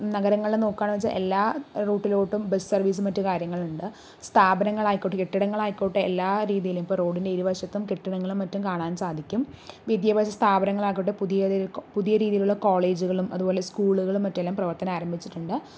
നഗരങ്ങൾ നോക്കുകയാണെന്ന് വെച്ചാൽ എല്ലാ റൂട്ടിലോട്ടും ബസ് സർവീസ് മറ്റു കാര്യങ്ങളുണ്ട് സ്ഥാപനങ്ങളായിക്കോട്ടെ കെട്ടിടങ്ങളായിക്കോട്ടെ എല്ലാ രീതിയിലും ഇപ്പോൾ റോഡിൻ്റെ ഇരുവശത്തും കെട്ടിടങ്ങളും മറ്റും കാണാൻ സാധിക്കും വിദ്യാഭ്യാസ സ്ഥാപനങ്ങളായിക്കോട്ടെ പുതിയ പുതിയ രീതിയിലുള്ള കോളേജുകളും അതുപോലെ സ്കൂളുകളും മറ്റുമെല്ലാം പ്രവർത്തനമാരംഭിച്ചിട്ടുണ്ട്